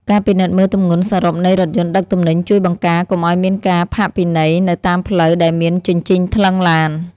ការពិនិត្យមើលទម្ងន់សរុបនៃរថយន្តដឹកទំនិញជួយបង្ការកុំឱ្យមានការផាកពិន័យនៅតាមផ្លូវដែលមានជញ្ជីងថ្លឹងឡាន។